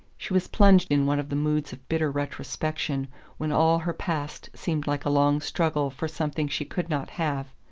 she was plunged in one of the moods of bitter retrospection when all her past seemed like a long struggle for something she could not have,